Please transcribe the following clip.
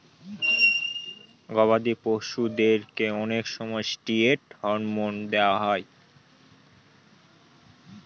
গবাদি পশুদেরকে অনেক সময় ষ্টিরয়েড হরমোন দেওয়া হয়